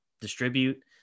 distribute